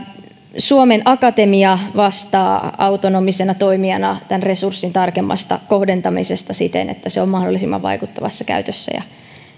suomen akatemia vastaa autonomisena toimijana tämän resurssin tarkemmasta kohdentamisesta siten että se on mahdollisimman vaikuttavassa käytössä ja